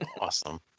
Awesome